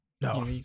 No